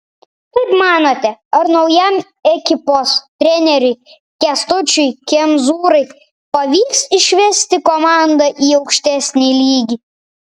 kaip manote ar naujam ekipos treneriui kęstučiui kemzūrai pavyks išvesti komandą į aukštesnį lygį